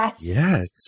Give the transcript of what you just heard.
Yes